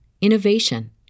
innovation